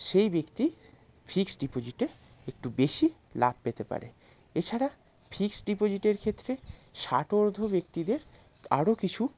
সেই ব্যক্তি ফিক্স ডিপোজিটে একটু বেশি লাভ পেতে পারে এছাড়া ফিক্স ডিপোজিটের ক্ষেত্রে ষাটোর্ধ্ব ব্যক্তিদের আরও কিছু